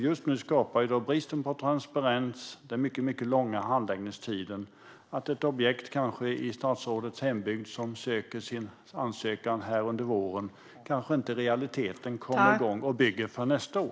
Just nu leder bristen på transparens och de mycket långa handläggningstiderna till att ett objekt, kanske i statsrådets hembygd, som inkommer med sin ansökan under våren i realiteten kanske inte kommer i gång med att bygga förrän nästa år.